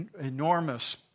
enormous